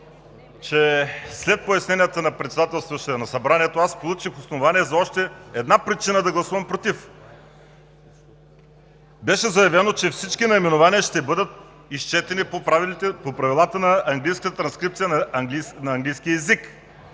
че след поясненията на председателстващия на събранието аз получих основание за още една причина да гласувам „против“. Беше заявено, че всички наименования ще бъдат изчетени по правилата на английската транскрипция на английски език.